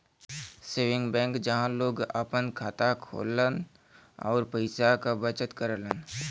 saving bank जहां लोग आपन खाता खोलन आउर पैसा क बचत करलन